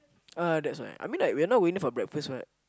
uh that's why I mean like we're not going for breakfast [what]